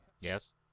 yes